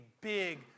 big